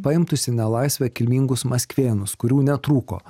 paimtus į nelaisvę kilmingus maskvėnus kurių netrūko